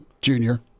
Junior